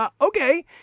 Okay